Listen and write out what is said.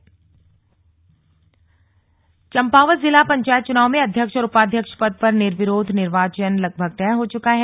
नामांकन चम्पावत जिला पंचायत चुनाव में अध्यक्ष और उपाध्यक्ष पद पर निर्विरोध निर्वाचन लगभग तय हो चुका है